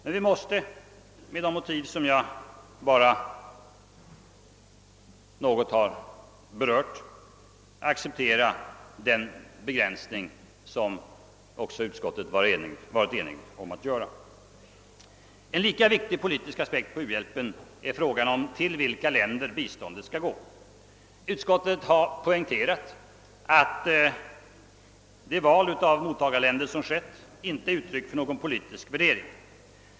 Men vi måste, med de motiv jag angett, acceptera den begränsning som utskottet varit enigt om att göra. En lika viktig politisk aspekt på uhjälpen är frågan till vilka länder bi :ståndet skall gå. Utskottet har poängterat att det val av mottagarländer som skett inte är uttryck för några politiska värderingar.